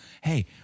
hey